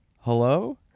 hello